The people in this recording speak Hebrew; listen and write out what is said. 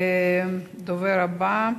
הדובר הבא,